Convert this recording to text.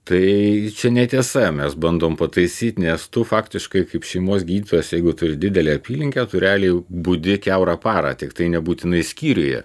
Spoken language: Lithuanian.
tai čia netiesa mes bandom pataisyt nes tu faktiškai kaip šeimos gydytojas jeigu turi didelę apylinkę tu realiai budi kiaurą parą tiktai nebūtinai skyriuje